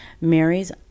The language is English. Mary's